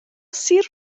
sir